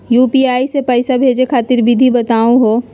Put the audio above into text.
UPI स पैसा भेजै खातिर विधि बताहु हो?